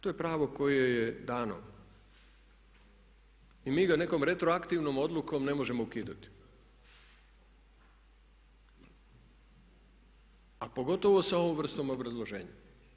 To je pravo koje je dano i mi ga nekom retroaktivnom odlukom ne možemo ukidati a pogotovo sa ovom vrstom obrazloženja.